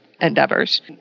endeavors